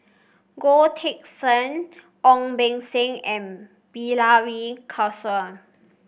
Goh Teck Sian Ong Beng Seng and Bilahari Kausikan